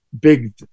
big